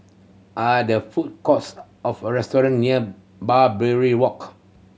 are there food courts of a restaurant near Barbary Walk